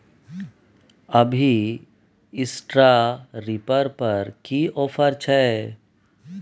अभी straw reaper पर की ऑफर छै?